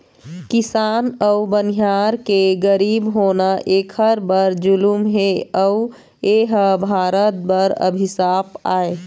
किसान अउ बनिहार के गरीब होना एखर बर जुलुम हे अउ एह भारत बर अभिसाप आय